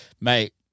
mate